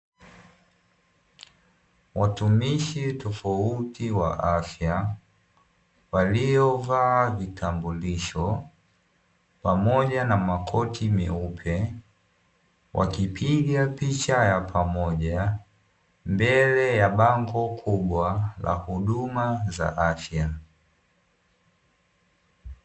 Watumishi tofauti wa afya, waliovaa vitambulisho pamoja na makoti meupe, wakipiga picha ya pamoja mbele ya bango kubwa la huduma za afya.